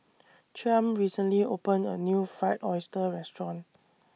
Chaim recently opened A New Fried Oyster Restaurant